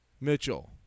Mitchell